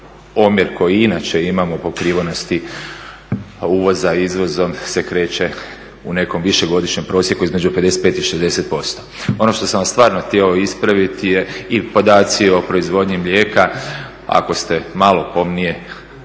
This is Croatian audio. omjer koji inače imamo pokrivenosti uvoza izvozom se kreće u nekom višegodišnjem prosjeku između 55 i 60%. Ono što sam vas stvarno htio ispraviti je i podaci o proizvodnji mlijeka ako ste malo pomnije